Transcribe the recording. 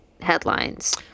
headlines